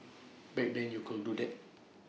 back then you could do that